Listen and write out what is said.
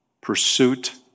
pursuit